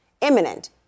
imminent